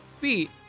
beat